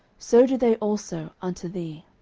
so do they also unto thee.